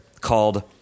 called